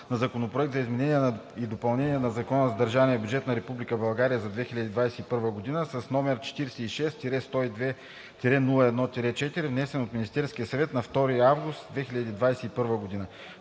на Законопроект за изменение и допълнение на Закона за държавния бюджет на Република България за 2021 г., № 46-102-01-4, внесен от Министерския съвет на 2 август 2021 г.